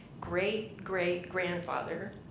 great-great-grandfather